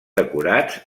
decorats